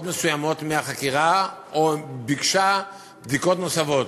מסוימות מהחקירה או ביקשה בדיקות נוספות.